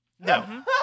No